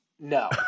no